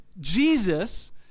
Jesus